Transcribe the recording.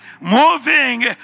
moving